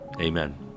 Amen